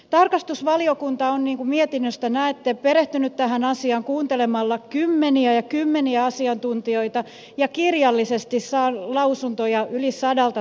tarkastusvaliokunta on niin kuin mietinnöstä näette perehtynyt tähän asiaan kuuntelemalla kymmeniä ja kymmeniä asiantuntijoita ja kirjallisesti saanut lausuntoja yli sadalta taholta